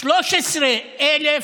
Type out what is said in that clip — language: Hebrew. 13,000